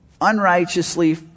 unrighteously